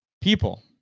people